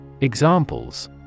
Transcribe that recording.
Examples